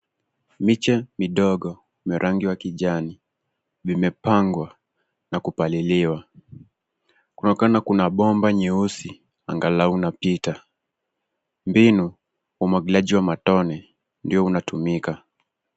Miche midogo vya rangi wa kijani vimepangwa na kupaliliwa . Kunaonekana kuna bomba nyeusi angalau unapita mbinu wa umwagiliaji wa matone ndio unatumika.